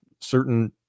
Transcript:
certain